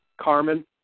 Carmen